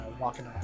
walking